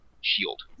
shield